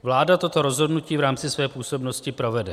Vláda toto rozhodnutí v rámci své působnosti provede.